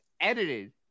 edited